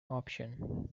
option